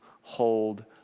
hold